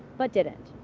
but didn't.